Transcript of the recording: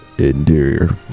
interior